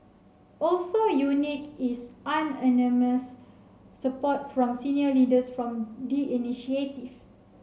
also unique is unanimous support from senior leaders from the initiative